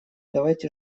давайте